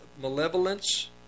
malevolence